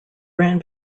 ran